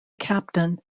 captain